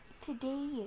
today